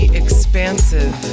expansive